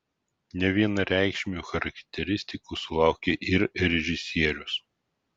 nevienareikšmių charakteristikų sulaukė ir režisierius